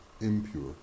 impure